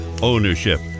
ownership